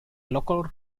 local